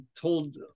told